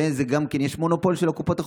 וגם יש מונופול של קופות החולים.